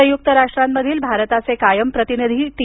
संयुक्त राष्ट्रांमधील भारताचे कायम प्रतिनिधी टी